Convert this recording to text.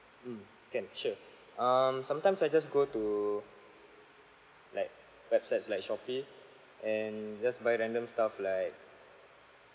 mm can sure um sometimes I just go to like websites like shopee and just buy random stuff like